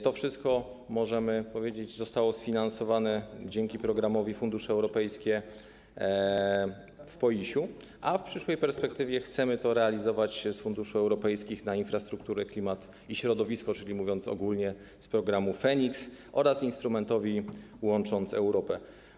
To wszystko, można powiedzieć, zostało sfinansowane dzięki programowi fundusze europejskie w PO IiŚ, a w przyszłej perspektywie chcemy to realizować z Funduszy Europejskich na Infrastrukturę, Klimat, Środowisko, czyli, mówiąc ogólnie, z programu FEnIKS, oraz instrumentu ˝Łącząc Europę˝